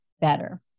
better